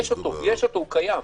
יש, הוא קיים.